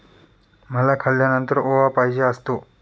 मला खाल्यानंतर ओवा पाहिजे असतो